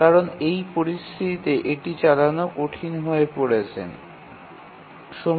কারণ এই পরিস্থিতিতে এটি চালানো কঠিন হয়ে পরতে পারে